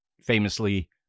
famously